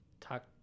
talk